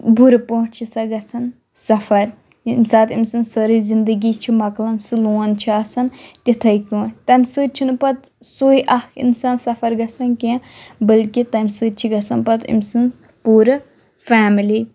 بُرٕ پٲٹھۍ چھِ سۄ گژھان سفر ییٚمہِ ساتہٕ أمۍ سٕنٛز سٲرٕے زندگی چھِ مۄکلن سُہ لون چھُ آسان تِتھٕے کٲٹھۍ تمہِ سۭتۍ چھُ نہٕ پتہٕ سُے اکھ انسان سفر گژھان کینٛہہ بٔلکہِ تمہِ سۭتۍ چھِ گژھان پتہٕ أمۍ سٕنٛز پوٗرٕ فیملی